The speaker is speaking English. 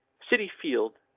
citi field